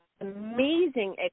amazing